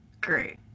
Great